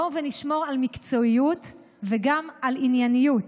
בואו ונשמור על מקצועיות וגם על ענייניות.